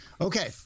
Okay